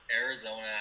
Arizona